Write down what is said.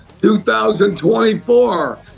2024